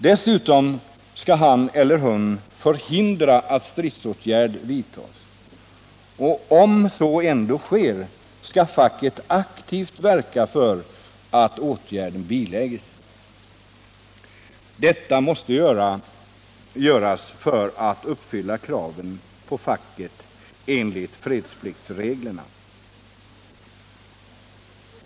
Dessutom skall fackets representanter förhindra att stridsåtgärder vidtas. Om så ändå sker skall facket aktivt verka för att det hela 51 biläggs. Detta måste göras för att man skall uppfylla kraven på facket enligt fredspliktsreglerna.